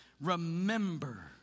Remember